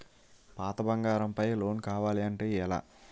పాత బంగారం పై లోన్ కావాలి అంటే ఎలా?